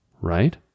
right